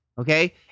okay